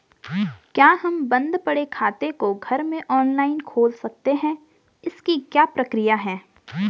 क्या हम बन्द पड़े खाते को घर में ऑनलाइन खोल सकते हैं इसकी क्या प्रक्रिया है?